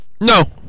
No